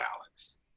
Alex